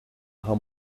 how